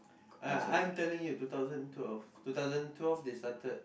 uh I'm telling you two thousand twelve two thousand twelve they started